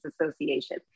Association